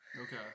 okay